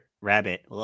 Rabbit